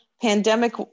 pandemic